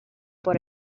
por